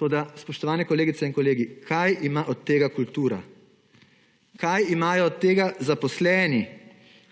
Toda, spoštovane kolegice in kolegi, kaj ima od tega kultura, kaj imajo od tega zaposleni,